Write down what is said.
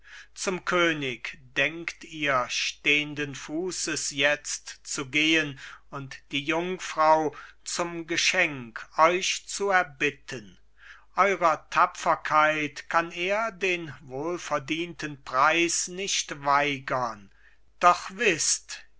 zum könig denkt ihr stehnden fußes jetzt zu gehen und die jungfrau zum geschenk euch zu erbitten eurer tapferkeit kann er den wohlverdienten preis nicht weigern doch wißt